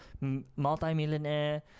multi-millionaire